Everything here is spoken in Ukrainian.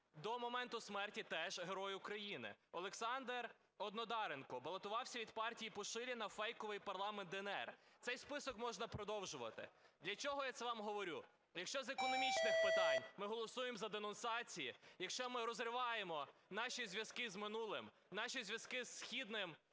до моменту смерті теж Герой України. Олександр Однодаренко, балотувався від партії Пушиліна у фейковий парламент "ДНР". Цей список можна продовжувати. Для чого я це вам говорю? Якщо з економічних питань ми голосуємо за денонсацію, якщо ми розриваємо наші зв'язки з минулим, наші зв'язки із східним